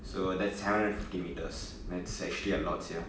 so that's seven hundred fifty meters that's actually a lot sia